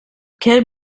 quel